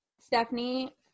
Stephanie